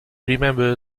remember